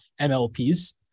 MLPs